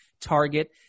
target